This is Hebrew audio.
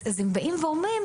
הם באים ואומרים,